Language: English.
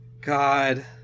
God